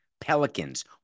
Pelicans